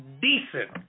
decent